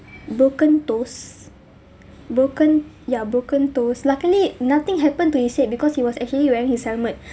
broken toes broken ya broken toes luckily nothing happened to his head because he was actually wearing his helmet